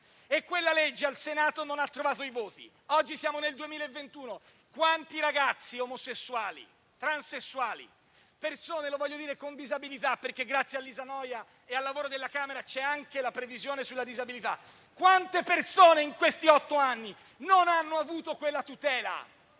quella legge al Senato non ha trovato i voti. Oggi siamo nel 2021: quanti ragazzi omosessuali, transessuali, persone con disabilità - lo voglio dire, perché grazie a Lisa Noja e al lavoro della Camera c'è anche la previsione sulla disabilità - quanti in questi otto anni non hanno avuto quella tutela